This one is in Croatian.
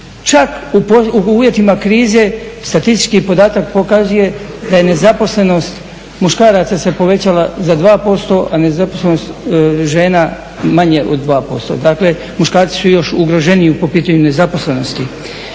čak u uvjetima krize statistički podatak pokazuje da se nezaposlenost muškaraca povećala za 2%, a nezaposlenost žena manje od 2%. Dakle muškarci su još ugroženiji po pitanju nezaposlenosti.